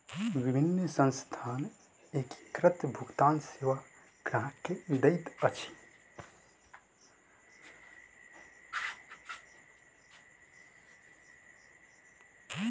विभिन्न संस्थान एकीकृत भुगतान सेवा ग्राहक के दैत अछि